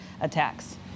attacks